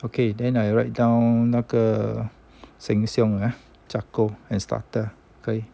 okay then I write down 那个 sheng shiong ah charcoal and starter 可以